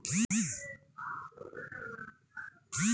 খড়ের গাদা বা অন্যান্য লতানো গাছপালা গোখাদ্য হিসেবে ব্যবহার করা হয়